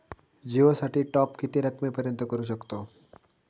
जिओ साठी टॉप किती रकमेपर्यंत करू शकतव?